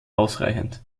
ausreichend